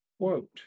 quote